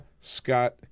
Scott